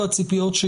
המתכנסים והמתכנסות.